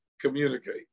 communicate